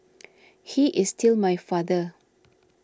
he is still my father